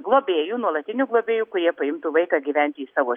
globėjų nuolatinių globėjų kurie paimtų vaiką gyventi į savo